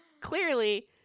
clearly